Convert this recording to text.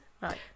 Right